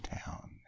town